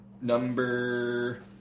Number